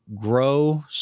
grow